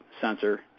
sensor